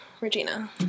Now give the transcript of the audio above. Regina